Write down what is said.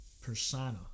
persona